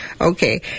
Okay